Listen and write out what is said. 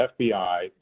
FBI